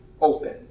open